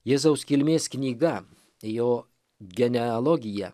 jėzaus kilmės knyga jo genealogija